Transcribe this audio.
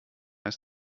ist